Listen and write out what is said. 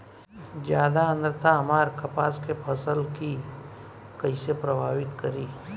ज्यादा आद्रता हमार कपास के फसल कि कइसे प्रभावित करी?